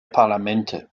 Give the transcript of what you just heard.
parlamente